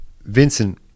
Vincent